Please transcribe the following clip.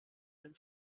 den